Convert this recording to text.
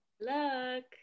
Luck